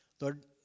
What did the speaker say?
Lord